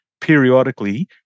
periodically